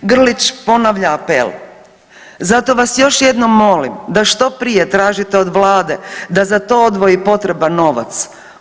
Grlić ponavlja apel, zato vas još jednom molim da što prije tražite od Vlade da za to odvoji potreban novac.